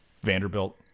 Vanderbilt